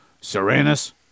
Serenus